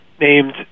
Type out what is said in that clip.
named